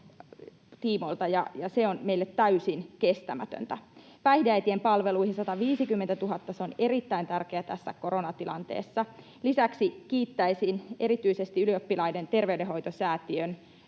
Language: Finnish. ja se on meille täysin kestämätöntä. Päihdeäitien palveluihin 150 000 euroa — se on erittäin tärkeää tässä koronatilanteessa. Lisäksi kiittäisin erityisesti Ylioppilaiden terveydenhoitosäätiön